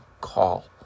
call